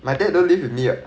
my dad doesn't live with me [what]